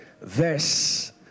verse